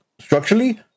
structurally